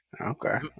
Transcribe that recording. Okay